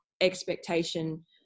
expectation